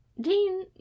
Dean